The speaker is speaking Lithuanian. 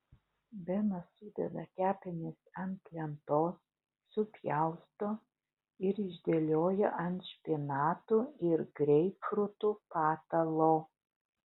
benas sudeda kepenis ant lentos supjausto ir išdėlioja ant špinatų ir greipfrutų patalo